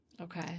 Okay